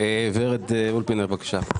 ורד אולפינר, בבקשה.